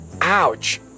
ouch